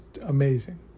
amazing